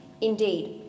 indeed